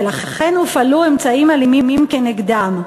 ולכן הופעלו אמצעים אלימים נגדם.